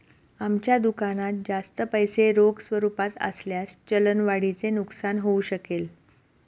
आमच्या दुकानात जास्त पैसे रोख स्वरूपात असल्यास चलन वाढीचे नुकसान होऊ शकेल